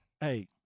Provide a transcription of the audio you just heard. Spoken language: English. Hey